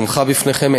שהונחה בפניכם,